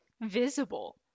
visible